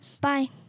Bye